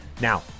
now